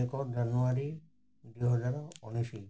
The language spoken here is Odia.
ଏକ ଜାନୁଆରୀ ଦୁଇହଜାର ଉଣେଇଶ